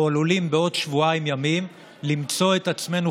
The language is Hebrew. אנחנו עלולים בעוד שבועיים ימים למצוא את עצמנו,